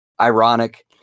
ironic